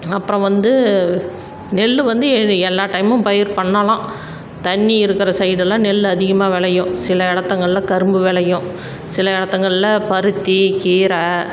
அப்புறம் வந்து நெல் வந்து எ எல்லா டைமும் பயிர் பண்ணலாம் தண்ணி இருக்கிற சைடெலாம் நெல் அதிகமாக விளையும் சில இடத்துங்கள்ல கரும்பு விளையும் சில இடத்துங்கள்ல பருத்தி கீரை